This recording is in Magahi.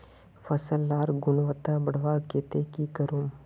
फसल लार गुणवत्ता बढ़वार केते की करूम?